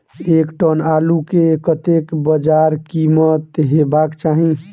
एक टन आलु केँ कतेक बजार कीमत हेबाक चाहि?